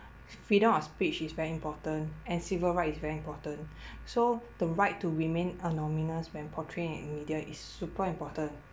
freedom of speech is very important and civil right is very important so the right to remain when portrayed in media is super important